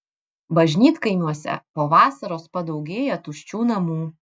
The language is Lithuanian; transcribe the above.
bažnytkaimiuose po vasaros padaugėja tuščių namų